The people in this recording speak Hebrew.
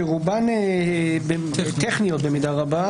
שרובן טכניות במידה רבה.